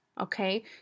okay